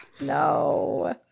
No